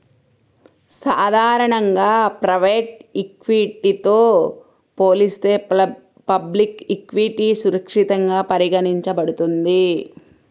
సాధారణంగా ప్రైవేట్ ఈక్విటీతో పోలిస్తే పబ్లిక్ ఈక్విటీ సురక్షితంగా పరిగణించబడుతుంది